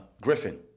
Griffin